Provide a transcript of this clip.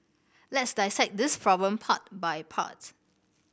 let's dissect this problem part by part